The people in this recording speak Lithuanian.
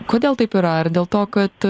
kodėl taip yra ar dėl to kad